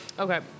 Okay